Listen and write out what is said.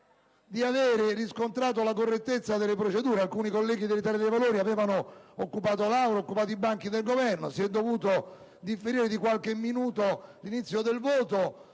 ha riscontrato la correttezza delle procedure. Alcuni colleghi dell'Italia dei Valori avevano occupato l'Aula ed occupato i banchi del Governo; si è dovuto differire di qualche minuto l'inizio del voto